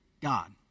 God